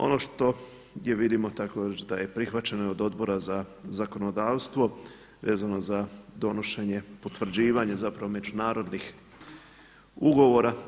Ono što je vidimo tako reći da je i prihvaćeno i od Odbora za zakonodavstvo vezano za donošenje, potvrđivanje zapravo međunarodnih ugovora.